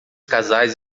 casais